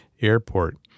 airport